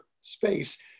space